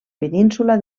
península